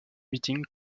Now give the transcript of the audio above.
meetings